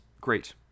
great